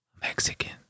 Mexican